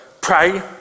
pray